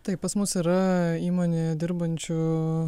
taip pas mus yra įmonėje dirbančių